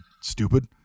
Stupid